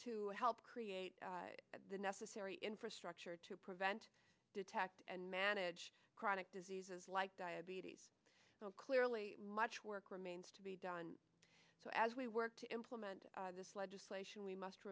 to help create the necessary infrastructure to prevent detect and manage chronic diseases like diabetes so clearly much work remains to be done so as we work to implement this legislation we must